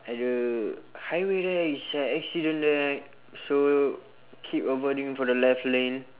at the highway there is a accident there so keep avoiding for the left lane